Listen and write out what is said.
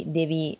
devi